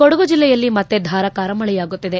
ಕೊಡಗು ಜಿಲ್ಲೆಯಲ್ಲಿ ಮತ್ತೆ ಧಾರಾಕಾರ ಮಳೆಯಾಗುತ್ತಿದೆ